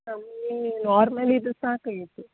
ನಮಗೆ ನಾರ್ಮಲಿದು ಸಾಕಾಗಿತ್ತು